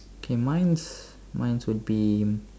K mine's mine's would be